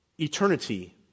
eternity